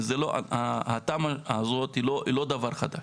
התמ"א הזאת היא לא דבר חדש.